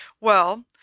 Well